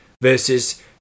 versus